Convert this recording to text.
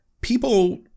People